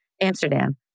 Amsterdam